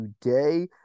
today